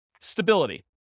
Stability